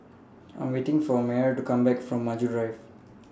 I Am waiting For Myer to Come Back from Maju Rive